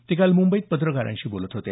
ते काल मुंबईत पत्रकारांशी बोलत होते